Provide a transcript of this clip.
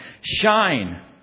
Shine